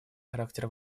характер